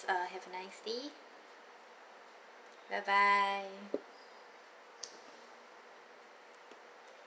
uh have a nice day bye bye